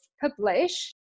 publish